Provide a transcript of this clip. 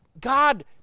God